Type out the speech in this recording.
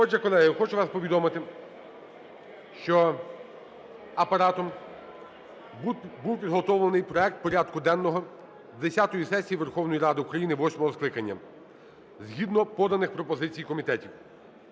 Отже, колеги, хочу вам повідомити, що Апаратом був підготовлений проект порядку денного десятої сесії Верховної Ради України восьмого скликання згідно поданих пропозицій комітетів.